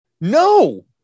No